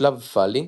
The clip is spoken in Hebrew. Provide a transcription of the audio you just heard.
שלב פאלי,